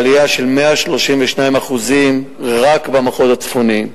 עלייה של 132% רק במחוז הצפוני.